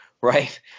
Right